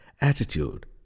attitude